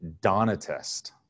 Donatist